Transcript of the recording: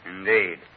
Indeed